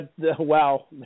Wow